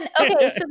okay